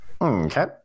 Okay